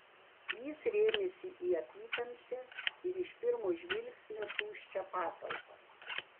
jis rėmėsi į apytamsę ir iš pirmo žvilgsnio tuščią patalpą